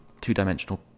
two-dimensional